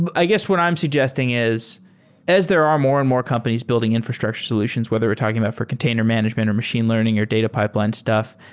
i guess what i'm suggesting is as there are more and more companies building infrastructure solutions, whether we're talking about for container management or machine learning or data pipeline stuff,